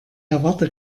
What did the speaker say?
erwarte